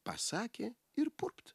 pasakė ir purpt